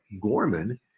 Gorman